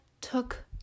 took